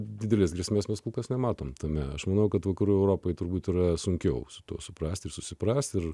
didelės grėsmės mes kol kas nematom tame aš manau kad vakarų europai turbūt yra sunkiau su tuo suprasti ir susiprasti ir